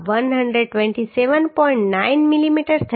9 millimetre થશે